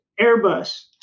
Airbus